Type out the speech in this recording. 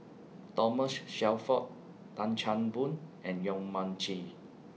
Thomas Shelford Tan Chan Boon and Yong Mun Chee